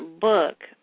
book